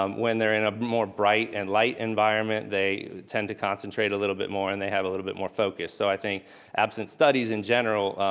um when they're in a more bright and light environment they tend to concentrate a little bit more and they have a little bit more focus. so i think absent studies in general,